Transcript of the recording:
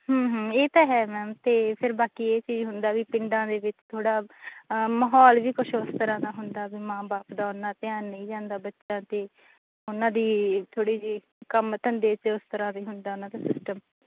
ਇਹ ਤਾਂ ਹੈ ਮੈਮ ਤੇ ਫਿਰ ਬਾਕੀ ਇਹ ਚੀਜ਼ ਹੁੰਦਾ ਵੀ ਪਿੰਡਾਂ ਦੇ ਵਿੱਚ ਥੋੜ੍ਹਾ ਮਾਹੌਲ ਵੀ ਕੁਛ ਉਸ ਤਰ੍ਹਾਂ ਦਾ ਹੁੰਦਾ ਵੀ ਮਾਂ ਬਾਪ ਦਾ ਉਨ੍ਹਾਂ ਧਿਆਨ ਨਹੀਂ ਜਾਂਦਾ ਬੱਚਿਆਂ 'ਤੇ ਉਹਨਾਂ ਦੀ ਥੋੜ੍ਹੀ ਜਿਹੀ ਕੰਮ ਧੰਦੇ 'ਚ ਉਸ ਤਰ੍ਹਾਂ ਦੀ ਹੁੰਦਾ ਉਹਨਾਂ ਦਾ ਸਿਸਟਮ